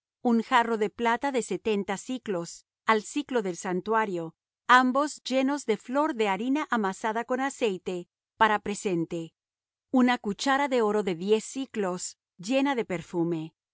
un jarro de plata de setenta siclos al siclo del santuario ambos llenos de flor de harina amasada con aceite para presente una cuchara de oro de diez siclos llena de perfume